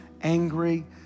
angry